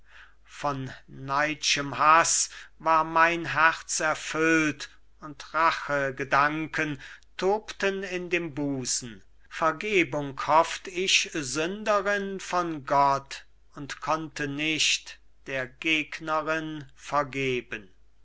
von neid'schem hasse war mein herz erfüllt und rachgedanken tobten in dem busen vergebung hofft ich sünderin von gott und konnte nicht der gegnerin vergeben